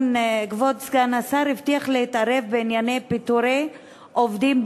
כבוד סגן השר הבטיח להתערב בענייני פיטורי עובדים,